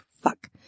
fuck